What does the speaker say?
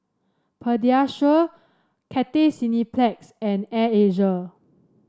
Pediasure Cathay Cineplex and Air Asia